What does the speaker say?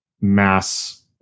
mass